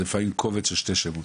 זה לפעמים קובץ של שתי שורות.